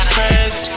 Crazy